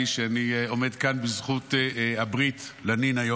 אני מזמין את חבר הכנסת יצחק פינדרוס לנמק את הצעתם.